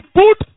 put